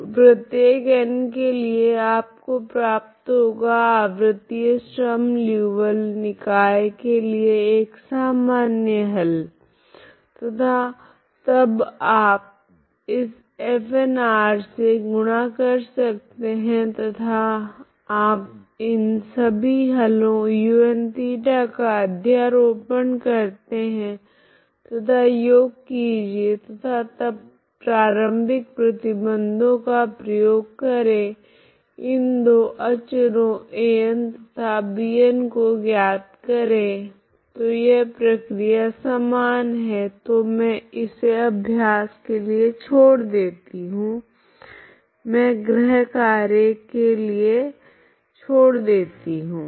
तो प्रत्येक n के लिए आपको प्राप्त होगा आवृतीय स्ट्रीम लीऔविल्ले निकाय के लिए एक सामान्य हल प्राप्त होता है तथा तब आप इस Fn से गुणा कर सकते है तथा आप इन सभी हलों unθ का अध्यारोपण करते है तथा योग कीजिए तथा तब प्रारम्भिक प्रतिबंधों का प्रयोग करे इन दो अचरों An तथा Bn को ज्ञात करे तो यह प्रक्रिया समान है तो मैं इसे अभ्यास के लिए छोड़ देती हूँ तथा मैं ग्रहकार्य के लिए छोड़ देती हूँ